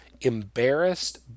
embarrassed